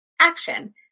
action